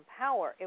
power